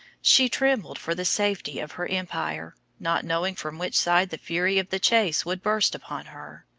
she trembled for the safety of her empire, not knowing from which side the fury of the chase would burst upon her.